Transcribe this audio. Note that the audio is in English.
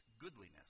goodliness